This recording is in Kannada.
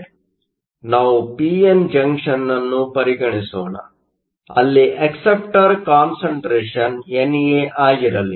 ಆದ್ದರಿಂದ ನಾವು ಪಿ ಎನ್ ಜಂಕ್ಷನ್ ಅನ್ನು ಪರಿಗಣಿಸೋಣ ಅಲ್ಲಿ ಅಕ್ಸೆಪ್ಟರ್ ಕಾನ್ಸಂಟ್ರೇಷನ್ ಎನ್ಎ ಆಗಿರಲಿ